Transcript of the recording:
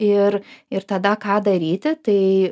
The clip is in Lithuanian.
ir ir tada ką daryti tai